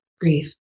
Grief